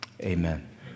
amen